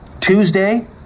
Tuesday